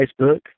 Facebook